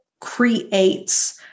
creates